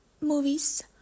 movies